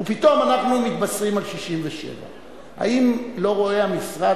ופתאום אנחנו מתבשרים על 67. האם לא רואה המשרד